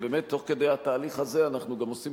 באמת תוך כדי התהליך הזה אנחנו גם עושים